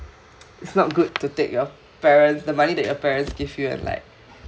it's not good to take your parents the money that your parents give you and like